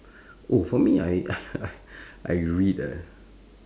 oh for me I I I read a